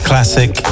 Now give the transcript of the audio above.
classic